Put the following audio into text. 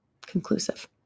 conclusive